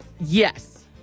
Yes